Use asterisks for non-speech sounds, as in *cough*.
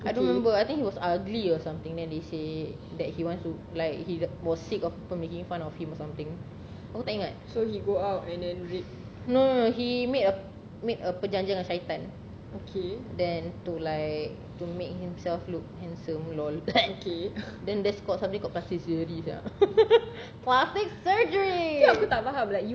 I don't remember I think he was ugly or something then he say that he wants to like he was sick of people making fun of him or something aku tak ingat right no no no he made a made a perjanjian dengan syaitan then to like to make himself look handsome LOL *coughs* then that's called something called plastic surgery sia *laughs* plastic surgery